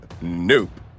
nope